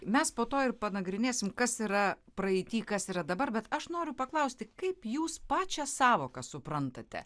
mes po to ir panagrinėsim kas yra praeityje kas yra dabar bet aš noriu paklausti kaip jūs pačią sąvoką suprantate